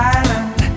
Island